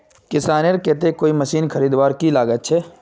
किसानेर केते कोई मशीन खरीदवार की लागत छे?